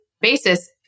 basis